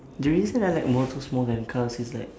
the reason I like motors more than cars is like